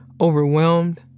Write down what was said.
overwhelmed